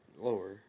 lower